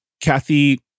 Kathy